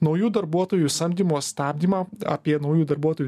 naujų darbuotojų samdymo stabdymą apie naujų darbuotojų